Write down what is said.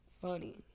funny